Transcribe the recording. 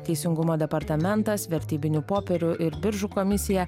teisingumo departamentas vertybinių popierių ir biržų komisija